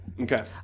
Okay